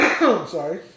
Sorry